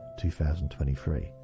2023